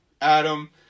Adam